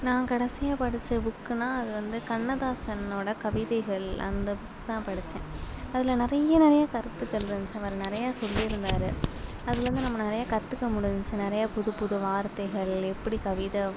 நான் கடைசியாக படிச்ச புக்குனா அது வந்து கண்ணதாசன்னோட கவிதைகள் அந்த புக் தான் படிச்தேன் அதில் நிறைய நிறைய கருத்துக்கள் இருந்ச்சி அவர் நிறையா சொல்லி இருந்தாரு அதுல இருந்து நம்ம நிறையா கற்றுக்க முடுஞ்ச்சி நிறையா புது புது வார்த்தைகள் எப்படி கவிதை